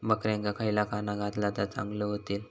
बकऱ्यांका खयला खाणा घातला तर चांगल्यो व्हतील?